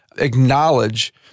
acknowledge